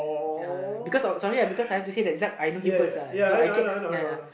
ya because I was sorry I because I had to say Zak because I know him first ah so I get ya ya